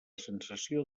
sensació